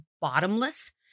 bottomless